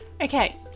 okay